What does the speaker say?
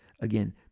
again